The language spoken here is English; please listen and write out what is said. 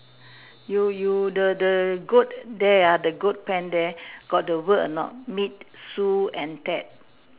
you you the the goat there ah the goat pen there got the word or not meet Sue and Ted